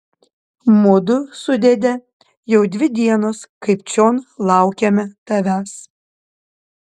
mudu su dėde jau dvi dienos kaip čion laukiame tavęs